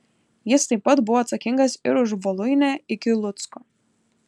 jis taip pat buvo atsakingas ir už voluinę iki lucko